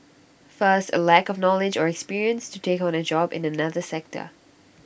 first A lack of knowledge or experience to take on A job in another sector